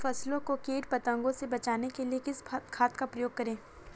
फसलों को कीट पतंगों से बचाने के लिए किस खाद का प्रयोग करें?